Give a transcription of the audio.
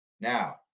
Now